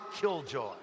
killjoy